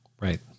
right